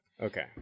Okay